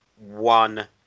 one